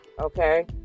Okay